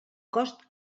cost